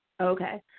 Okay